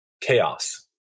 chaos